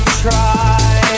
try